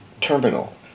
terminal